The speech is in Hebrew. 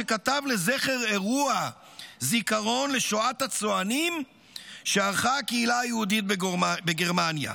שכתב לזכר אירוע זיכרון לשואת הצוענים שערכה הקהילה היהודית בגרמניה.